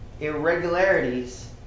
irregularities